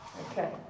Okay